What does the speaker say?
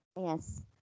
Yes